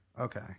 Okay